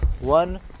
One